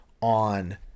on